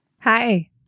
Hi